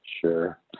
Sure